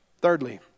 Thirdly